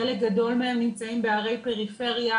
חלק גדול מהם נמצאים בערי פריפריה,